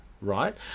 right